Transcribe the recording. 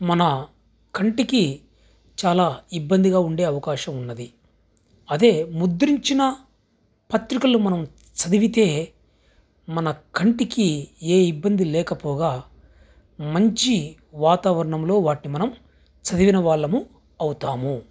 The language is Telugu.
మన కంటికి చాలా ఇబ్బందిగా ఉండే అవకాశం ఉన్నది అదే ముద్రించిన పత్రికలు మనం చదివితే మన కంటికి ఏ ఇబ్బంది లేకపోగా మంచి వాతావరణంలో వాటిని మనం చదివిన వాళ్ళము అవుతాము